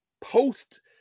post